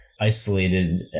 isolated